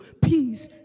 peace